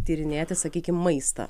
tyrinėti sakykim maistą